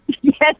Yes